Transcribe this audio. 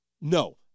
No